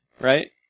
right